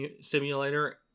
simulator